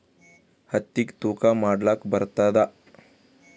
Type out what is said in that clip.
ಹತ್ತಿಗಿ ತೂಕಾ ಮಾಡಲಾಕ ಬರತ್ತಾದಾ?